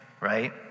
right